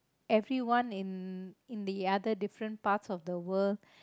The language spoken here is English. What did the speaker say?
everyone in in the other different parts of the world